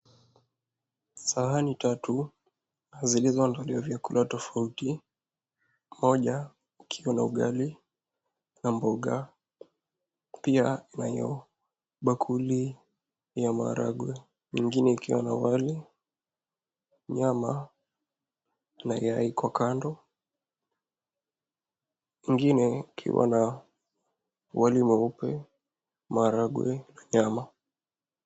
Sahani tatu zilizoandaliwa vyakula tofauti, moja ikiwa na ugali na mboga, pia kunayo bakuli ya maharagwe, ingine ikiwa na wali, nyama na yai iko kando, ingine ikiwa na wali mweupe, maharagwe na nyama.